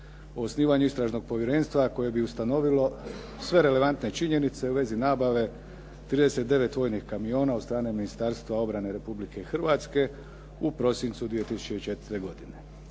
osnivanju istražnog povjerenstva koje bi ustanovilo sve relevantne činjenice u vezi nabave 39 vojnih kamiona od strane Ministarstva obrane Republike Hrvatske u prosincu 2004. godine.